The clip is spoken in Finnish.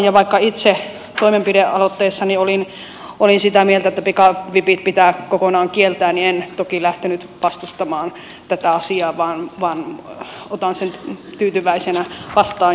ja vaikka itse toimenpidealoitteessani olin sitä mieltä että pikavipit pitää kokonaan kieltää niin en toki lähtenyt vastustamaan tätä asiaa vaan otan sen tyytyväisenä vastaan